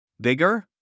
Bigger